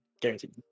guaranteed